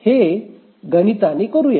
हे गणिताने करूया